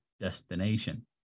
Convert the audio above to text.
destination